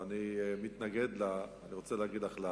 ואני מתנגד לה ואני רוצה להגיד לך למה.